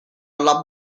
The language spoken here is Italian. alla